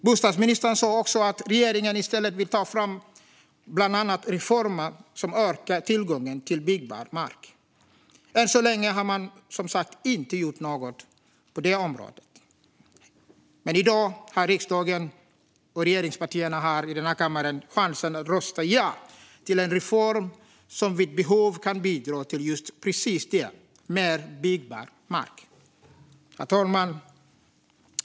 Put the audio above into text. Bostadsministern sa också att regeringen i stället bland annat vill ta fram reformer som ökar tillgången till byggbar mark. Än så länge har man som sagt inte gjort något på det området, men i dag har riksdagen och regeringspartierna i den här kammaren chansen att rösta ja till en reform som vid behov kan bidra till just precis mer byggmark mark. Herr talman!